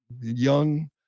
young